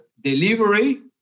delivery